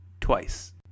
twice